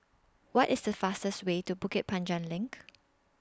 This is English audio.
What IS The fastest Way to Bukit Panjang LINK